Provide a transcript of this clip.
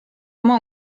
oma